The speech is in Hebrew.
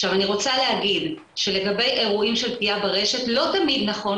עכשיו אני רוצה להגיד שלגבי אירועים של פגיעה ברשת לא תמיד נכון,